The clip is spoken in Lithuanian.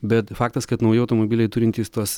bet faktas kad nauji automobiliai turintys tuos